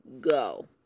go